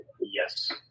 Yes